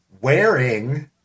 wearing